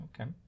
okay